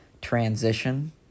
transition